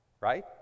right